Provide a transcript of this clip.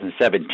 2017